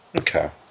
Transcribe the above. Okay